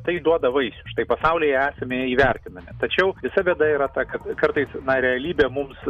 tai duoda vaisių štai pasaulyje esame įvertinami tačiau visa bėda yra ta kad kartais na realybė mums